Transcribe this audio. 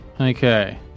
Okay